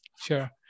Sure